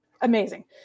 amazing